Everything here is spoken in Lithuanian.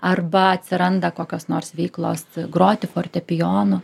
arba atsiranda kokios nors veiklos groti fortepijonu